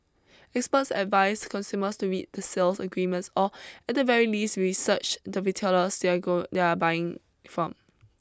experts advise consumers to read the sales agreements or at the very least research the retailers they are go they are buying from